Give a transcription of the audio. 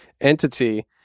entity